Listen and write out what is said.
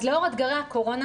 אז לאור אתגרי הקורונה,